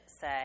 say